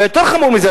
ויותר חמור מזה,